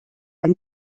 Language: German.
ein